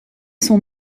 son